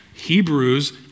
Hebrews